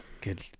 Good